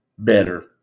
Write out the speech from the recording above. better